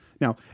Now